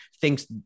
thinks